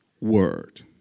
word